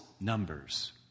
numbers